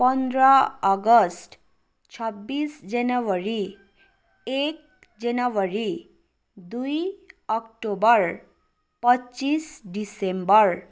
पन्ध्र अगस्ट छब्बिस जनवरी एक जनवरी दुई अक्टोबर पच्चिस डिसेम्बर